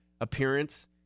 appearance